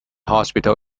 hospital